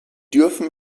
dürfen